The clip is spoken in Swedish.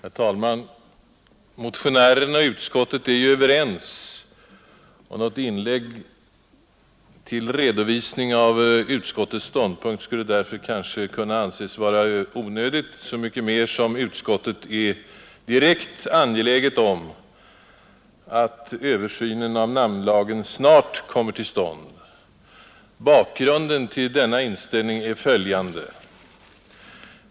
Herr talman! Motionären och utskottet är överens, och något inlägg till redovisning av utskottets ståndpunkt skulle därför i och för sig kunna anses vara onödigt, så mycket mer som utskottet är direkt angeläget om att översynen av namnlagen snart kommer till stånd. Bakgrunden till denna inställning är följande.